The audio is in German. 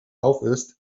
aufisst